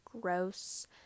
gross